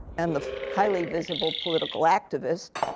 and the highly-visible political activist,